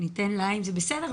ניתן לה אם זה בסדר.